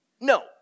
No